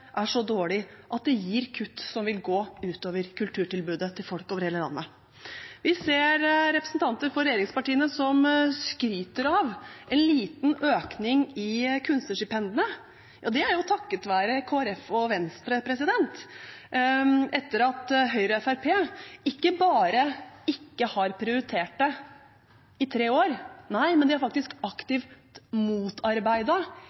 er så dårlig at det gir kutt som vil gå ut over kulturtilbudet til folk over hele landet. Vi ser representanter for regjeringspartiene som skryter av en liten økning i kunstnerstipendene. Det er jo takket være Kristelig Folkeparti og Venstre, etter at Høyre og Fremskrittspartiet ikke bare ikke har prioritert det i tre år – de har faktisk